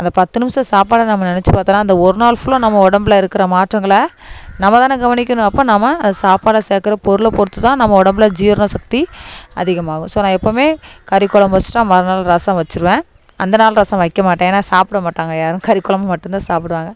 அந்த பத்து நிமிஷம் சாப்பாடை நம்ம நெனைச்சு பார்த்தோன்னா அந்த ஒரு நாள் ஃபுல்லாக நம்ம உடம்புல இருக்கிற மாற்றங்களை நம்மதானே கவனிக்கணும் அப்போ நம்ம அது சாப்பாடாக சேர்க்குற பொருளை பொறுத்து தான் நம்ம உடம்புல ஜீரண சக்தி அதிகமாகும் ஸோ நான் எப்போவுமே கறி கொழம்பு வச்சுட்டா மறுநாள் ரசம் வச்சுருவேன் அந்த நாள் ரசம் வைக்கமாட்டேன் ஏனால் சாப்பிடமாட்டாங்க யாரும் கறி கொழம்பு மட்டும்தான் சாப்பிடுவாங்க